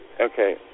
Okay